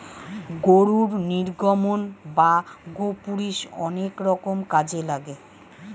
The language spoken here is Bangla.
গরুর নির্গমন বা গোপুরীষ অনেক রকম কাজে লাগে